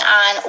on